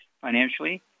financially